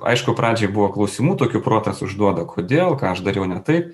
aišku pradžioj buvo klausimų tokių protas užduoda kodėl ką aš dariau ne taip